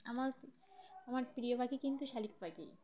আমার আমার প্রিয় পাখি কিন্তু শালিক পাখি